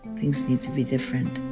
things need to be different